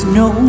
no